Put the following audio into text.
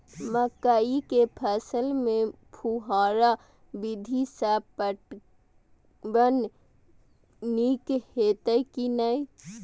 मकई के फसल में फुहारा विधि स पटवन नीक हेतै की नै?